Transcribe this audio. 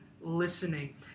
listening